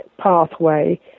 pathway